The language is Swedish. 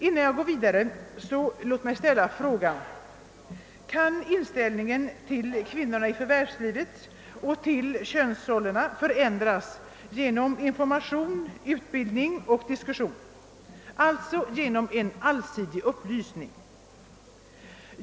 Innan jag går vidare vill jag ställa frågan: Kan inställningen till kvinnor i förvärvslivet och till könsrollerna förändras genom information, utbildning och diskussion, alltså genom en allsidig upplysning?